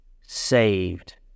saved